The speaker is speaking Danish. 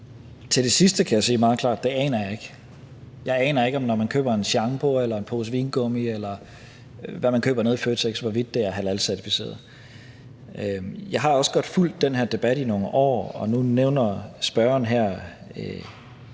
Til det sidste kan jeg sige meget klart, at det aner jeg ikke. Jeg aner ikke, om den shampoo, den pose vingummi, eller hvad man nu køber nede i Føtex, er halalcertificeret. Jeg har også fulgt den her debat i nogle år, og nu siger spørgeren